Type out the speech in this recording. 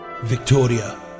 Victoria